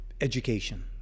education